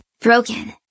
broken